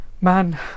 man